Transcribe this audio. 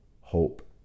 hope